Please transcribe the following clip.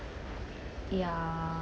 ya